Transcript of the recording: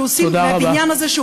שעושים מהבניין הזה,